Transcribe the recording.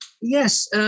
Yes